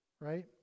Right